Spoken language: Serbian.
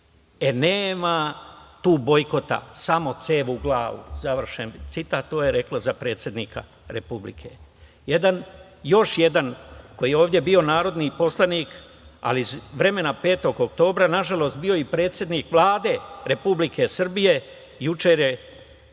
Nema tu bojkota. Samo cev u glavu.“ Završen citat. To je rekla za predsednika Republike. Još jedan koji je ovde bio narodni poslanik, ali iz vremena 5. oktobra, nažalost je bio i predsednik Vlade Republike Srbije, bio je